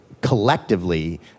collectively